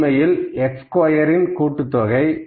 இது உண்மையில் x ஸ்கொயரின் கூட்டுத்தொகை